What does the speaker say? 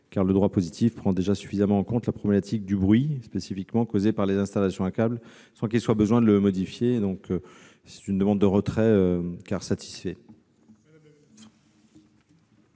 car le droit positif prend déjà suffisamment en compte la problématique du bruit causé par les installations à câbles, sans qu'il soit besoin de le modifier. Cet amendement étant satisfait,